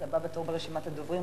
הבא בתור ברשימת הדוברים,